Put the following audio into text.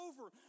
over